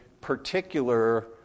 particular